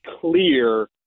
clear